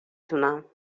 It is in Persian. تونم